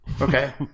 Okay